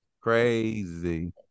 Crazy